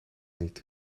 niet